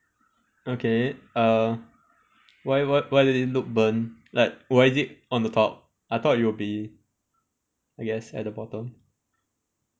okay uh why why does it look burnt like why is it on the top I thought it will be I guess at the bottom